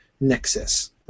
nexus